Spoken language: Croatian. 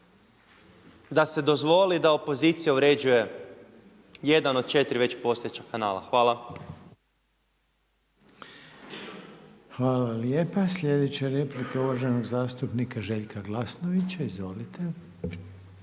da se dozvoli da opozicija uređuje jedan od četiri već postojeća kanala. Hvala. **Reiner, Željko (HDZ)** Hvala lijepa. Sljedeća replika je uvaženog zastupnika Željka Glasnovića. Izvolite.